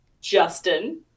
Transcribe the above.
Justin